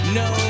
no